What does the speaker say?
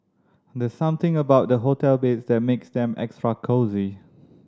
there's something about the hotel beds that makes them extra cosy